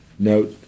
note